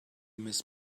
miss